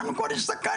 אנחנו כבר הזדקנו.